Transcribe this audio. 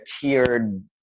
tiered